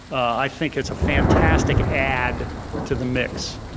i think it's a fantastic add to the mix.